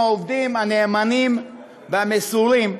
עם העובדים הנאמנים והמסורים,